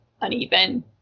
uneven